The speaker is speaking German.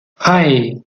hei